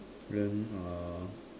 then ah